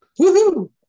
Woohoo